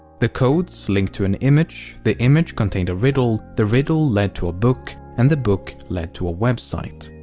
the codes linked to an image, the image contained a riddle, the riddle lead to a book, and the book lead to a website.